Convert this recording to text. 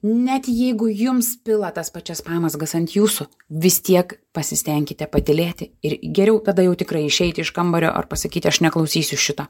net jeigu jums pila tas pačias pamazgas ant jūsų vis tiek pasistenkite patylėti ir geriau tada jau tikrai išeiti iš kambario pasakyti aš neklausysiu šito